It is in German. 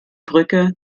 brücke